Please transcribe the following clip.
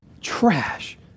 trash